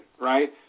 right